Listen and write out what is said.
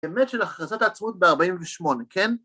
אמת של הכרזת העצמאות ב-48, כן?